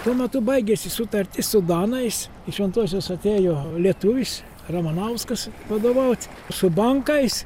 tuo metu baigėsi sutartis su danais į šventosios atėjo lietuvis ramanauskas vadovaut su bankais